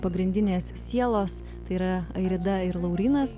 pagrindinės sielos tai yra airida ir laurynas